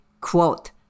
quote